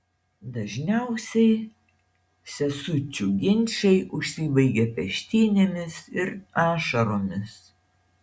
dažniausiai sesučių ginčai užsibaigia peštynėmis ir ašaromis